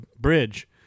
bridge